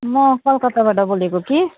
म कलकत्ताबाट बोलेको कि